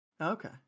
Okay